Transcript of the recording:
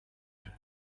tent